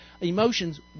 emotions